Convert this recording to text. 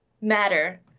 matter